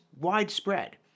widespread